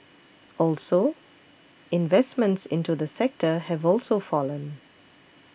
also investments into the sector have also fallen